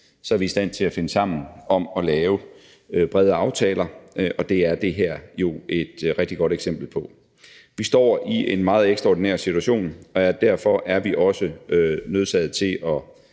konsekvenser, at finde sammen om at lave brede aftaler? Og det er det her jo et rigtig godt eksempel på. Vi står i en meget ekstraordinær situation, og derfor er vi også nødsaget til at